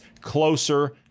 closer